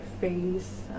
face